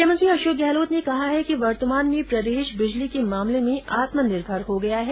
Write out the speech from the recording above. मुख्यमंत्री अशोक गहलोत ने कहा है कि वर्तमान में प्रदेश बिजली के मामले में आत्मनिर्भर हो गया है